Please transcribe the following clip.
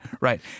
right